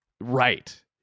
right